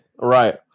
Right